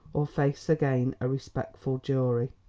or face again a respectful jury.